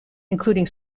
including